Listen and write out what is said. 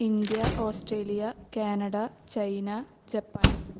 India Australia Canada China Japan